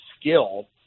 skill